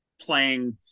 playing